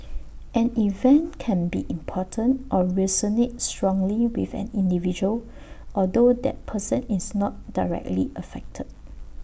an event can be important or resonate strongly with an individual although that person is not directly affected